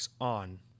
on